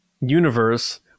universe